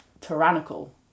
tyrannical